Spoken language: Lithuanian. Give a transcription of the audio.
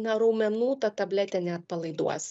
na raumenų ta tabletė neatpalaiduos